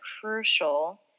crucial